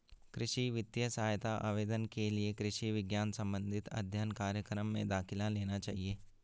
कृषि वित्तीय सहायता आवेदन के लिए कृषि विज्ञान संबंधित अध्ययन कार्यक्रम में दाखिला लेना चाहिए